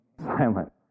silent